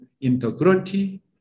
integrity